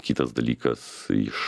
kitas dalykas iš